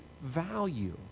value